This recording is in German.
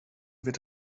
wird